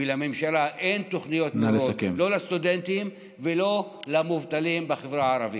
לממשלה אין תוכניות ברורות לא לסטודנטים ולא למובטלים בחברה הערבית.